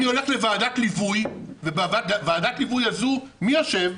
אני הולך לוועדת ליווי ובוועדת הליווי הזו מי יושב?